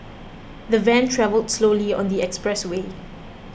the van travelled slowly on the express way